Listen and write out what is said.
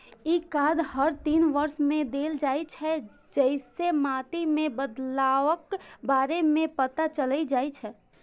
ई card हर तीन वर्ष मे देल जाइ छै, जइसे माटि मे बदलावक बारे मे पता चलि जाइ छै